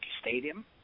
Stadium